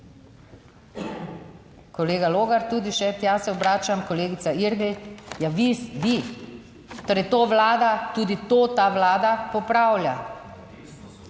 Kolega Logar, tudi še tja se obračam. Kolegica Irgl, ja, vi, torej to Vlada, tudi to ta Vlada popravlja,